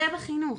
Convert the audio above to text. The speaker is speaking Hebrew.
זה בחינוך.